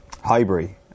Highbury